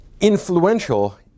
influential